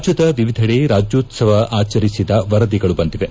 ರಾಜ್ಯದ ವಿವಿಧೆಡೆ ರಾಜ್ಣೋತ್ಸವ ಆಚರಿಸಿದ ವರದಿಗಳು ಬಂದಿವೆ